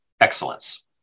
excellence